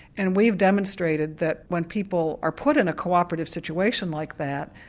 and we've demonstrated that when people are put in a co-operative situation like that,